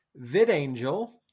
VidAngel